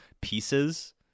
pieces